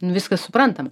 nu viskas suprantama